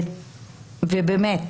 ובאמת,